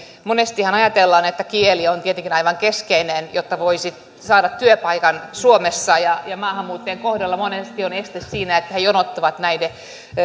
monestihan ajatellaan että kieli on tietenkin aivan keskeinen jotta voisi saada työpaikan suomessa ja ja maahanmuuttajien kohdalla monesti on este siinä että he jonottavat näille